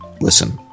listen